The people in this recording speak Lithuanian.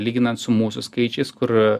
lyginant su mūsų skaičiais kur